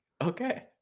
Okay